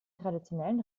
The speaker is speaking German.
traditionellen